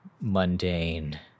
mundane